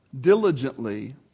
diligently